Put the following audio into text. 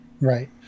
Right